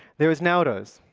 there is newroz,